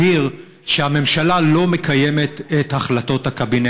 שהממשלה לא מקיימת את החלטות הקבינט.